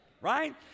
Right